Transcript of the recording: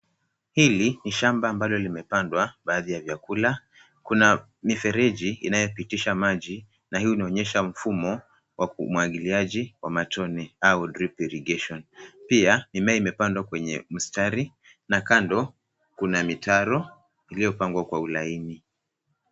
Hili ni shamba ambalo limepandwa baadhi ya vyakula kuna mifereji inayopitisha maji na hii inaonyesha mfumo wa umwagiliaji wa matone au drip irrigation pia mimea imepandwa kwenye mstari na kando kuna mitaro iliyo pangwa kwa ulaini.